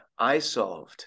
iSolved